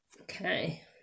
Okay